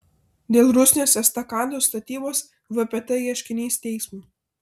dėl rusnės estakados statybos vpt ieškinys teismui